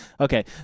Okay